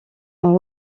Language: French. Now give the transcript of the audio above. ont